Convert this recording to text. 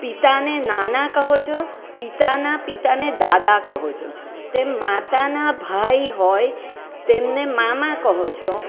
પિતાને નાના કહો છો પિતાના પિતાને દાદા કહો છો તેમ માતાના ભાઈ હોય તેમને મામા કહો છો